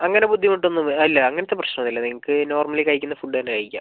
അങ്ങനെ ബുദ്ധിമുട്ടൊന്നും ഇല്ല അങ്ങനത്തെ പ്രശ്നം ഒന്നുമില്ല നിങ്ങൾക്ക് നോർമലി കഴിക്കുന്ന ഫുഡ് തന്നെ കഴിക്കാം